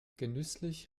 genüsslich